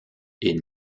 est